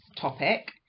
topic